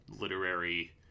literary